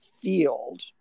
field